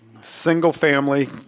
single-family